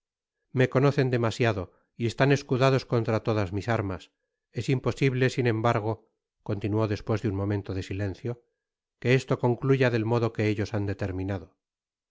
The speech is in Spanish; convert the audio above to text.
me conocen demasiado y están escudados contra todas mis armas es imposible sin embargo continuó despues de un momento de silencio que esto concluya del modo que ellos han determinado